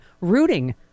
rooting